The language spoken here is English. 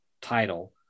title